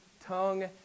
tongue